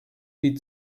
die